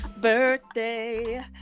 birthday